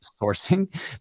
sourcing